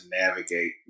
navigate